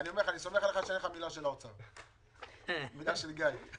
אני סומך עליך שאין לך מילה של האוצר אלא זו מילה של גיא גולדמן.